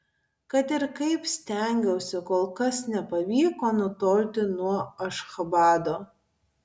kad ir kaip stengiausi kol kas nepavyko nutolti nuo ašchabado